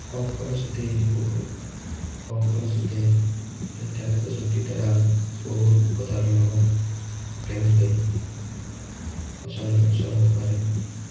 কম খৰচতেই বহুত কম খৰচতে ইণ্টাৰনেট প্ৰযুক্তিৰ দ্বাৰা বহুত ভোটাৰৰ লগত একেলগে প্ৰচাৰ চলাব পাৰে